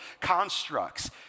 constructs